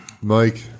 Mike